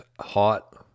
hot